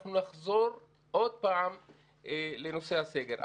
אנחנו נחזור עוד פעם לנושא הסגר.